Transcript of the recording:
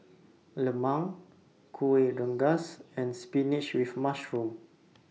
Lemang Kueh Rengas and Spinach with Mushroom